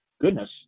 goodness